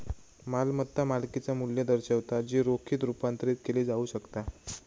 मालमत्ता मालकिचा मू्ल्य दर्शवता जी रोखीत रुपांतरित केली जाऊ शकता